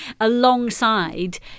alongside